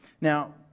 Now